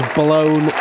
blown